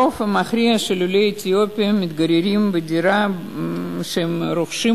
הרוב המכריע של עולי אתיופיה מתגוררים בדירה שהם רוכשים,